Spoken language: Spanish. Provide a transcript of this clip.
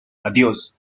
adiós